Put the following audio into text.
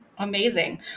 Amazing